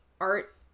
art